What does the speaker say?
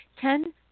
ten